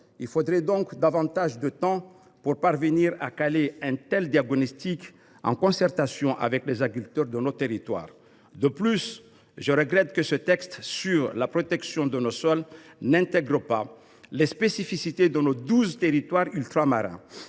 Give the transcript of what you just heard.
Il faudrait donc davantage de temps, pour cadrer un tel diagnostic en concertation avec les agriculteurs. De plus, je regrette que ce texte sur la protection de nos sols n’intègre pas les spécificités de nos douze territoires ultramarins.